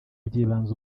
by’ibanze